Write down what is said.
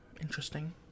Interesting